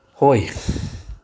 ꯍꯣꯏ